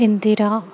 Indira